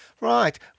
Right